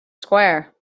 square